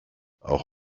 auch